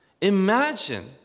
imagine